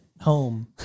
home